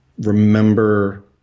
remember